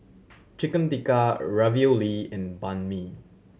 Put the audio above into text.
Chicken Tikka Ravioli and Banh Mi